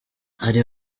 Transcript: hari